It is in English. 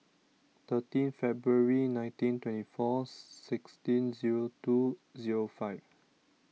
thirteen February nineteen twenty four sixteen zero two zero five